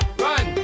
run